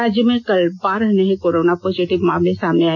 राज्य में कल बारह नए कोरोना पॉजिटिव मामले सामने आए